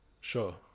Sure